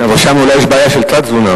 שם אולי יש בעיה של תת-תזונה.